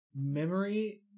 Memory